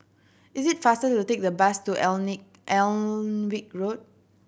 is it faster to take the bus to Alnwick Road